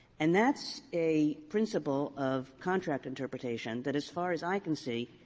and that's a principle of contract interpretation that, as far as i can see,